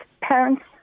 parents